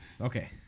Okay